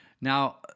Now